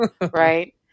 right